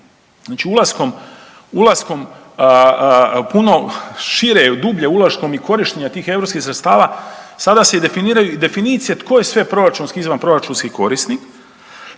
Znači ulaskom u puno šire, dublje, …/Govornik se ne razumije./… korištenje tih europskih sredstava sada se i definiraju i definicija tko je sve proračunski i izvanproračunski korisnik